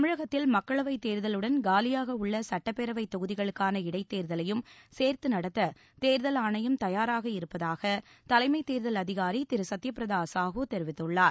தமிழகத்தில் மக்களவைத் தேர்தலுடன் காலியாக உள்ள சட்டப்பேரவைத் தொகுதிகளுக்கான இடைத் தேர்தலையும் சேர்த்து நடத்த தேர்தல் ஆணையம் தயாராக இருப்பதாக தலைமத் தேர்தல் அதிகாரி திரு சத்யபிரத சாஹூ தெரிவித்துள்ளார்